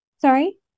sorry